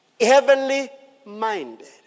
heavenly-minded